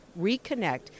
reconnect